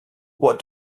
what